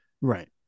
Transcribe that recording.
right